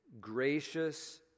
gracious